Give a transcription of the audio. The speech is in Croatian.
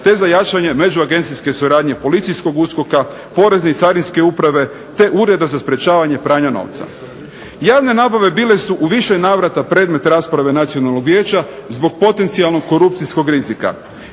te za jačanje međuagencijske suradnje policijskog USKOK-a, Porezne i Carinske uprave, te Ureda za sprječavanje pranja novca. Javne nabave bile su u više navrata predmet rasprave Nacionalnog vijeća zbog potencijalnog korupcijskog rizika.